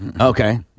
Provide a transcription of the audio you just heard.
Okay